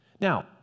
Now